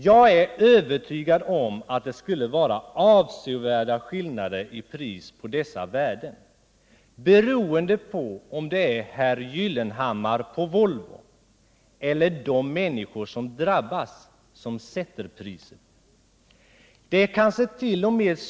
Jag är övertygad om att det skulle vara avsevärda skillnader i pris på dessa värden beroende på om det är herr Gyllenhammar på Volvo eller de människor som drabbas som sätter dem. Det är kansket.o.m.